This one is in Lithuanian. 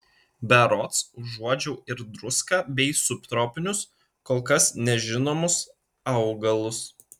berods užuodžiau ir druską bei subtropinius kol kas nežinomus augalus